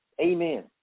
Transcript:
amen